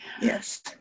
yes